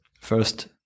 first